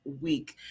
week